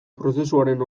prozesuaren